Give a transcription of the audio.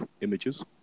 images